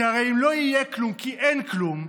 כי הרי אם לא יהיה כלום כי אין כלום.